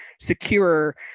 secure